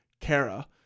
Kara